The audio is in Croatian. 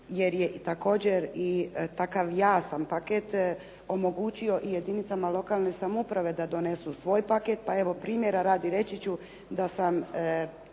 jer je također i takav jasan paket omogućio i jedinicama lokalne samouprave da donesu svoj paket, pa evo, primjera radi reći ću da sam